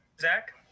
Zach